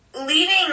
leaving